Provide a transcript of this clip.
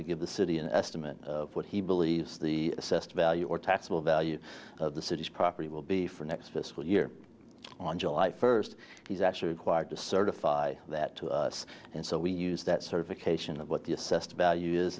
to give the city an estimate of what he believes the assessed value or taxable value of the city's property will be for next fiscal year on july first he's actually required to certify that to us and so we use that certification of what the assessed value is